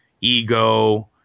ego